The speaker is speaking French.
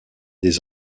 des